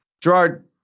Gerard